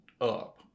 up